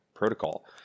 protocol